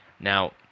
Now